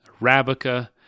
Arabica